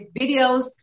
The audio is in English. videos